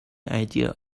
idea